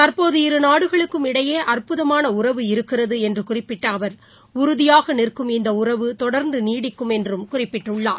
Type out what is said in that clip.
தற்போது இரு நாடுகளுக்கும் இடையேஅற்புதமான உறவு இருக்கிறதுஎன்றுகுறிப்பிட்டஅவர் உறுதியாகநிற்கும் இந்த உறவு தொடர்ந்துநீடிக்கும் என்றுகுறிப்பிட்டுள்ளார்